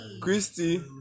Christy